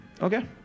Okay